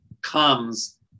comes